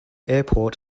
airport